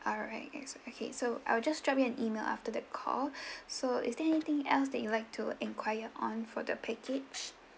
alright okay so I'll just drop you an email after the call so is there anything else that you'd like to enquire on for the package